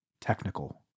technical